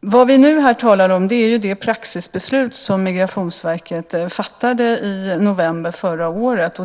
Vad vi nu här talar om är det praxisbeslut som Migrationsverket fattade i november förra året.